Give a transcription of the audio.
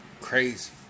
crazy